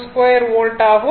52 volt ஆகும்